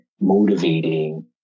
motivating